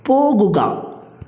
പോകുക